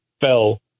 fell